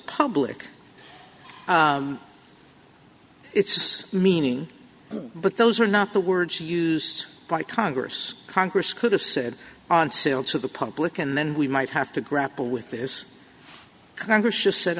public it's meaning but those are not the words used by congress congress could have said on sale to the public and then we might have to grapple with this congress just s